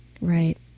Right